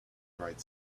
bright